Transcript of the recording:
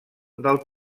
del